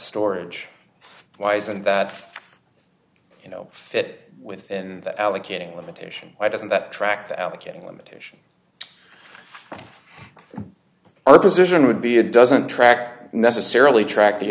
storage wise and that you know fit within that allocating limitation why doesn't that track the allocating limitation our position would be it doesn't track necessarily track the